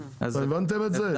אתם הבנתם את זה?